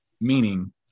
Meaning